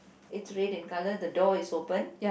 it's red in color the door is open